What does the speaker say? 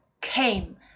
came